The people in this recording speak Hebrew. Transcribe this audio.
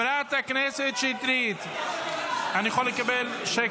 אני לא,